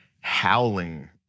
howling